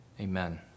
Amen